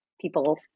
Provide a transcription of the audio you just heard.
people